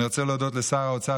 אני רוצה להודות לשר האוצר,